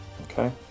Okay